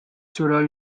soroll